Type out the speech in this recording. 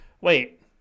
wait